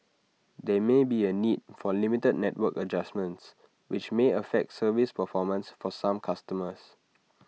there may be A need for limited network adjustments which may affect service performance for some customers